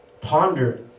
ponder